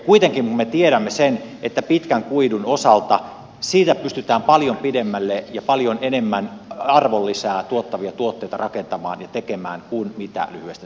kuitenkin kun me tiedämme sen että pitkän kuidun osalta pystytään paljon pidemmälle ja paljon enemmän arvonlisää tuottavia tuotteita rakentamaan ja tekemään kuin lyhyestä sellusta